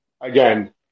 again